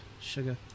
sugar